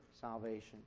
salvation